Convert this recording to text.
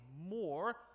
more